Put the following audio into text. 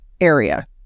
area